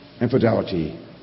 infidelity